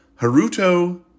Haruto